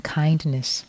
kindness